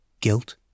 Guilt